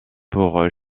pour